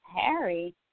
Harry